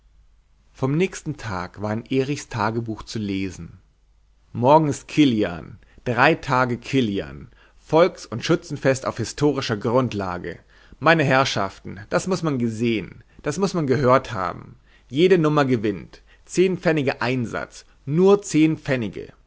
vom nächsten tag war in erichs tagebuch zu lesen morgen ist kilian drei tage kilian volks und schützenfest auf historischer grundlage meine herrschaften das muß man gesehen das muß man gehört haben jede nummer gewinnt zehn pfennige einsatz nur zehn pfennige